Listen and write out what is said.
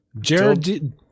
Jared